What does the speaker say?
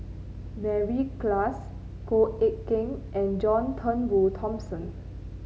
Mary Klass Goh Eck Kheng and John Turnbull Thomson